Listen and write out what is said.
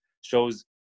shows